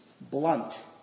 blunt